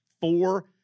four